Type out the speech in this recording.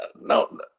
no